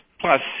Plus